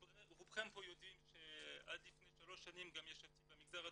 רובכם פה יודעים שעד לפני שלוש שנים ישבתי במגזר הציבורי,